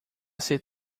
ser